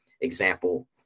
example